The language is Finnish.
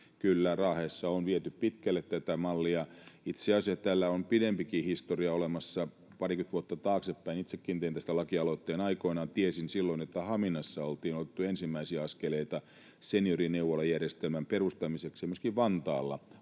Kyllä, Raahessa on viety pitkälle tätä mallia. Itse asiassa tällä on pidempikin historia olemassa. Parikymmentä vuotta taaksepäin itsekin tein tästä lakialoitteen aikoinaan. Tiesin silloin, että Haminassa oltiin otettu ensimmäisiä askeleita seniorineuvolajärjestelmän perustamiseksi, ja myöskin Vantaalla